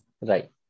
Right